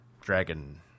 Dragon